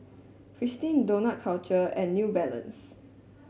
Fristine Dough Culture and New Balance